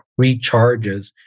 recharges